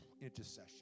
intercession